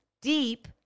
deep